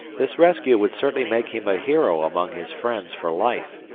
this rescue would certainly make him a hero among his friends for life.